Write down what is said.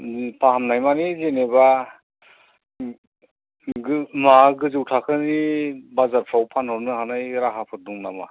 फाहामनाय मानि जेन'बा गो मा गोजौ थाखोनि बाजारफ्राव फानहरनो हानाय राहाफोर दं नामा